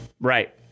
right